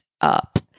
up